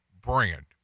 brand